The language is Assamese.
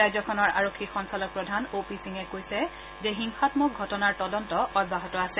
ৰাজ্যখনৰ আৰক্ষী সঞ্চালক প্ৰধান অ' পি সিঙে কৈছে যে হিংসাম্মক ঘটনাৰ তদন্ত অব্যাহত আছে